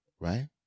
Right